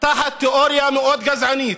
תחת תיאוריה מאוד גזענית: